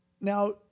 Now